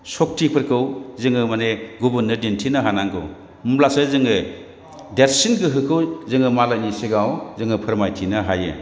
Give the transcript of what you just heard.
सक्तिफोरखौ जोङो माने गुबुननो दिन्थिनो हानांगौ होनब्लासो जोङो देरसिन गोहोखौ जोङो मालायनि सिगाङाव जोङो फोरमायथिनो हायो